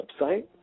website